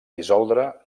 dissoldre